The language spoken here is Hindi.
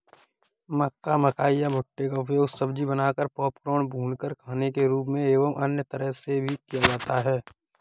मक्का, मकई या भुट्टे का उपयोग सब्जी बनाकर, पॉपकॉर्न, भूनकर खाने के रूप में एवं अन्य तरह से भी किया जाता है